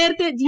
നേരത്തെ ജി